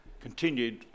continued